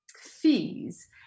fees